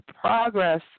progress